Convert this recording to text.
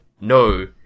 no